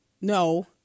no